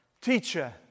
Teacher